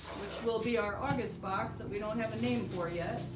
which will be our august box that we don't have a name for yet